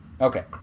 okay